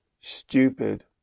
stupid